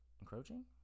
encroaching